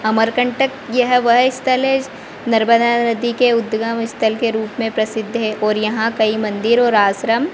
अमरकंटक यह वह स्थल है नर्मदा नदी के उद्गम स्थल के रूप में प्रसिद्ध है और यहाँ कई मंदिर और आश्रम